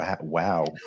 Wow